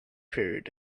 period